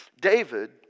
David